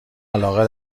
علاقه